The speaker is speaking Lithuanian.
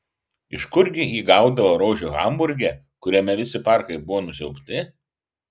iš kurgi ji gaudavo rožių hamburge kuriame visi parkai buvo nusiaubti